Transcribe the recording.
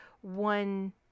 One